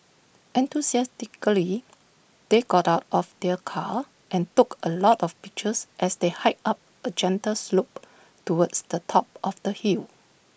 enthusiastically they got out of their car and took A lot of pictures as they hiked up A gentle slope towards the top of the hill